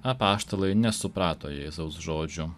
apaštalai nesuprato jėzaus žodžių